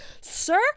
sir